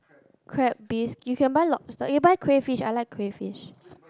crab beef you can buy lobster you buy crayfish I like crayfish